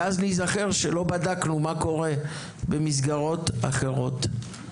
ואז ניזכר שלא בדקנו מה קורה במסגרות אחרות.